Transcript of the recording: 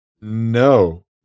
No